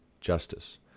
justice